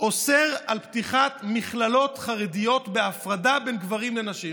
אוסר פתיחת מכללות חרדיות בהפרדה בין גברים לנשים.